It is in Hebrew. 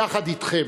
יחד אתכם,